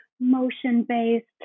motion-based